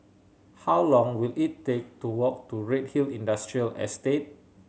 how long will it take to walk to Redhill Industrial Estate